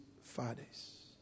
fathers